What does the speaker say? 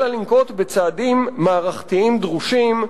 אלא לנקוט צעדים מערכתיים דרושים,